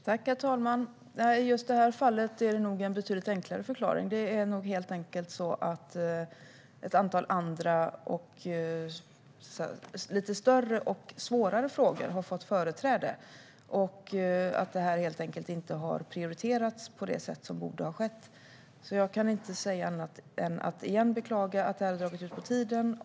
Herr talman! Nej, i just det här fallet är det nog en betydligt enklare förklaring. Det är nog helt enkelt så att ett antal andra och lite större och svårare frågor har fått företräde och att detta helt enkelt inte har prioriterats på det sätt som borde ha skett. Jag kan inte annat än att återigen beklaga att det har dragit ut på tiden.